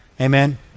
Amen